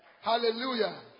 Hallelujah